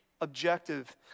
objective